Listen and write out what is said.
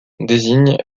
désignent